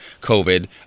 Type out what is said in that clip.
COVID